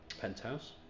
penthouse